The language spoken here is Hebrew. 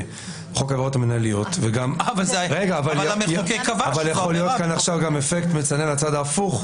וגם יכול להיות לזה אפקט מצנן לצד ההפוך,